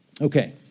Okay